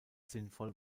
sinnvoll